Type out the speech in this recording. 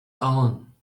own